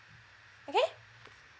okay